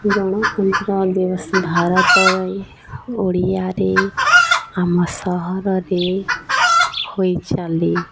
ଗଣତନ୍ତ୍ର ଦିବସ ଭାରତରେ ଓଡ଼ିଆରେ ଆମ ସହରରେ ହୋଇ ଚାଲେ